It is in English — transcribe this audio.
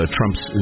Trump's